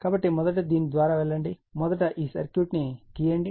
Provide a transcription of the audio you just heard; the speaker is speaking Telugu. కాబట్టి మొదట దీని ద్వారా వెళ్ళండి మొదట ఈ సర్క్యూట్ను గీయండి